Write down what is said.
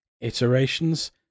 iterations